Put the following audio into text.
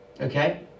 Okay